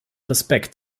respekt